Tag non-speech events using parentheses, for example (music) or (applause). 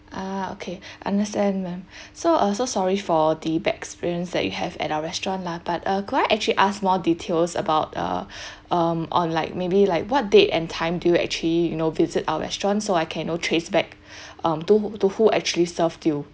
ah okay (breath) understand ma'am (breath) so uh so sorry for the bad experience that you have at our restaurant lah but uh could I actually ask more details about uh (breath) um on like maybe like what date and time do you actually you know visit our restaurant so I can you know trace back (breath) um to who to who actually served you